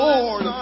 Lord